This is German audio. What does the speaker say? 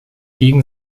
gegen